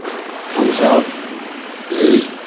हाँ हमसभ